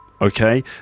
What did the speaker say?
Okay